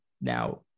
now